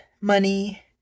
money